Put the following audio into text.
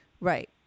Right